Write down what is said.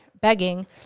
begging